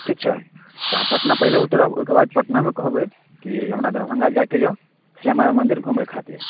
ठीक छै तऽ अहाँ पटना पहिले उतरब ओहिके बाद पटनामे कहबै कि हमरा दरभंगा जायके यए श्यामा माइ मन्दिर घूमै खातिर